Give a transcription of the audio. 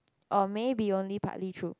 or maybe only partly true